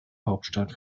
hauptstadt